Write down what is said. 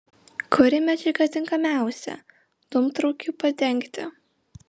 kuri medžiaga tinkamiausia dūmtraukiui padengti